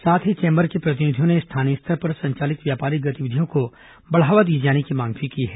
साथ ही चेंबर के प्रतिनिधियों ने स्थानीय स्तर पर संचालित व्यापारिक गतिविधियों को बढ़ावा दिए जाने की मांग भी की है